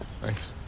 Thanks